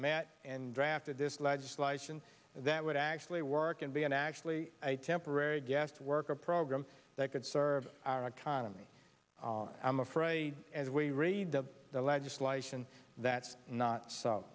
met and drafted this legislation that would actually work and be an actually a temporary guest worker program that could serve our economy i'm afraid as we read the legislation that's not so